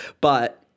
But-